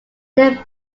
there